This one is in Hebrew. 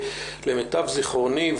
למיטב זיכרוני,